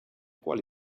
quale